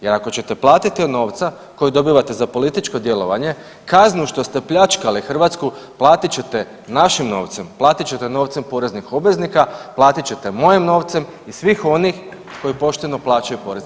Jer ako ćete platiti od novca koji dobivate za političko djelovanje, kaznu što ste pljačkali Hrvatsku platiti ćete našim novcem, platit ćete novcem poreznih obveznika, platiti ćete mojim novcem i svim onih koji pošteno plaćaju porez.